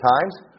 times